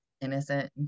innocent